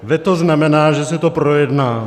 Veto znamená, že se to projedná.